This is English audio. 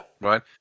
Right